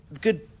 good